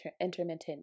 intermittent